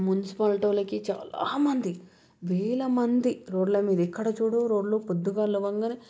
municipality వాళ్ళకి చాలామంది వేలమంది రోడ్లమీద ఎక్కడ చూడు రోడ్లు పొద్దుగాల లేవంగానే